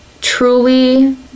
truly